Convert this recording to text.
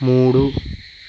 మూడు